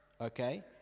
Okay